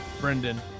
Brendan